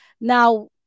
Now